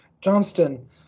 Johnston